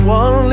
one